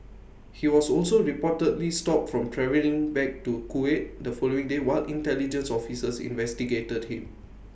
he was also reportedly stopped from travelling back to Kuwait the following day while intelligence officers investigated him